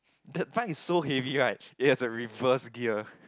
that bike is so heavy right it has a reverse gear